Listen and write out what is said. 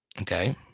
Okay